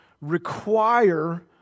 require